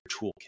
toolkit